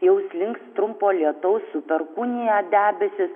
jau slinks trumpo lietaus su perkūnija debesys